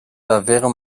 davvero